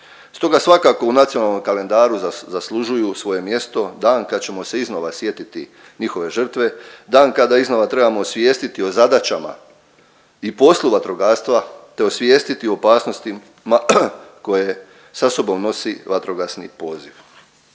Stoga svakako u nacionalnom kalendaru zaslužuju svoje mjesto, dan kada ćemo se iznova sjetiti njihove žrtve, dan kada iznova trebamo osvijestiti o zadaćama i poslu vatrogastva, te osvijestiti opasnostima koje sa sobom nosi vatrogasni poziv.